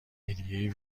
هدیه